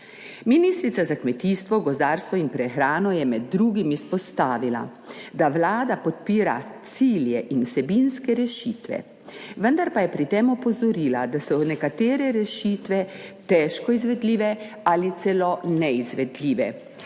Ministrica za kmetijstvo, gozdarstvo in prehrano je med drugim izpostavila, da Vlada podpira cilje in vsebinske rešitve, vendar pa je pri tem opozorila, da so nekatere rešitve težko izvedljive ali celo neizvedljive.